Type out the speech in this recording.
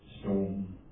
storm